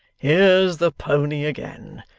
here's the pony again!